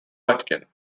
vatican